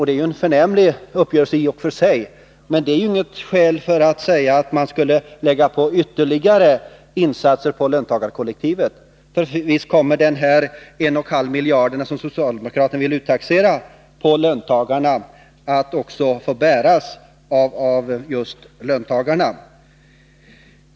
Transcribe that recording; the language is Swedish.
Det är ju en förnämlig uppgörelse i och för sig, men den är inget skäl för att säga att man skulle lägga ytterligare insatser på löntagarkollektivet. Visst kommer den en och en halv miljard som socialdemokraterna vill uttaxera av löntagarna också att få bäras av just löntagarna.